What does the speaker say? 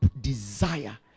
desire